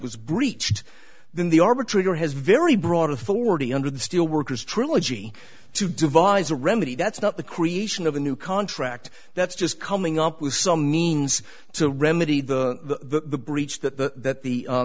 was breached then the arbitrator has very broad authority under the steelworkers trilogy to devise a remedy that's not the creation of a new contract that's just coming up with some means to remedy the breach that the that the